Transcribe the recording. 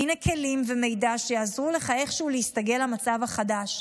הינה כלים ומידע שיעזרו לך איכשהו להסתגל למצב החדש,